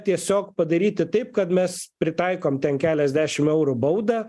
tiesiog padaryti taip kad mes pritaikom ten keliasdešim eurų baudą